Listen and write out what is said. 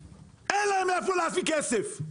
אין להם מאיפה להביא כסף.